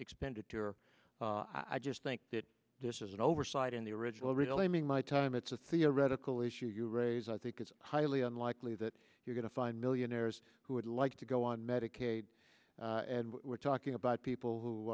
expenditure i just think that this is an oversight in the original real naming my time it's a theoretical issue you raise i think it's highly unlikely that you're going to find millionaires who would like to go on medicaid and we're talking about people who